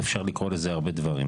אפשר לקרוא לזה בהרבה שמות.